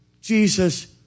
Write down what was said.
Jesus